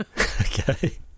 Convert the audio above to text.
Okay